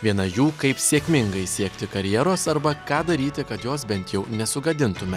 viena jų kaip sėkmingai siekti karjeros arba ką daryti kad jos bent jau nesugadintume